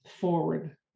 forward